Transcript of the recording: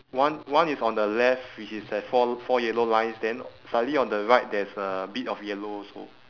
one one is on the left which is that four four yellow lines then slightly on the right there is a bit of yellow also